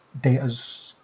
Data's